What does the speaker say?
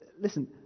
Listen